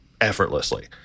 effortlessly